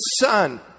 son